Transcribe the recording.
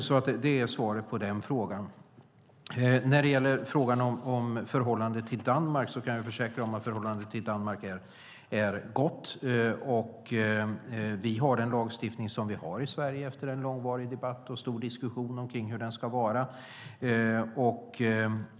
Det är alltså svaret på den frågan. När det gäller frågan om förhållandet till Danmark kan jag försäkra att förhållandet till Danmark är gott. Vi har den lagstiftning vi har i Sverige efter långvarig debatt och stor diskussion om hur den ska vara.